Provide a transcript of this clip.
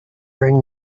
bring